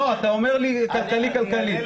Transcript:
אתה אומר לי: כלכלי, כלכלי.